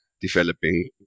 developing